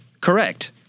Correct